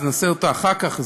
נעשה אותה אחר כך,